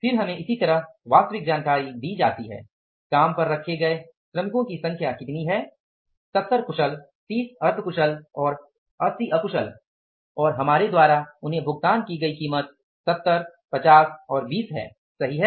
फिर हमें इसी तरह वास्तविक जानकारी दी जाती है - काम पर रखे गए श्रमिकों की संख्या कितनी है 70 कुशल 30 अर्ध कुशल और 80 अकुशल और हमारे द्वारा उन्हें भुगतान की गई कीमत 70 50 और 20 सही है